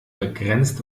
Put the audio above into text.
begrenzt